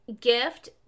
gift